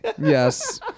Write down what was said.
Yes